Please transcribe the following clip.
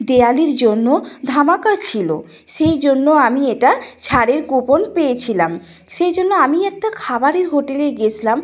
দেওয়ালির জন্য ধামাকা ছিল সেই জন্য আমি এটা ছাড়ের কুপন পেয়েছিলাম সেই জন্য আমি একটা খাবারের হোটেলে গিয়েছিলাম